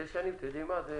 שש שנים זה לוקסוס.